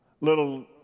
little